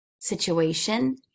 situation